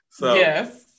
Yes